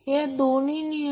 तर R 56